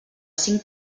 cinc